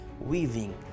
weaving